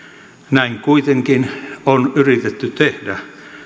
näin kuitenkin on yritetty tehdä